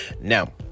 Now